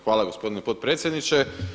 Hvala gospodine potpredsjedniče.